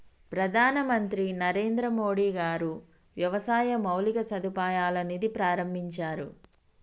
ప్రధాన మంత్రి నరేంద్రమోడీ గారు వ్యవసాయ మౌలిక సదుపాయాల నిధి ప్రాభించారు